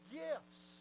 gifts